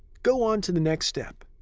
go on to the next step.